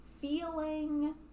feeling